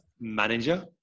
manager